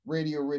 Radio